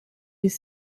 des